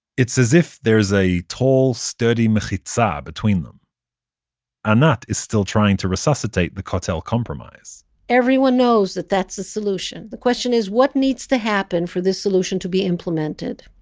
it's as if there is a tall, sturdy mechizah ah between them anat is still trying to resuscitate the kotel compromise everyone knows that that's the solution. the question is what needs to happen for this solution to be implemented.